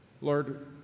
Lord